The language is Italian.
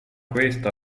questa